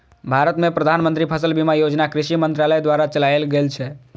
भारत मे प्रधानमंत्री फसल बीमा योजना कृषि मंत्रालय द्वारा चलाएल गेल छै